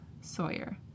Sawyer